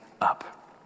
up